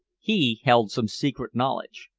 he held some secret knowledge.